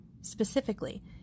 Specifically